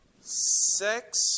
Sex